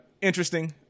Interesting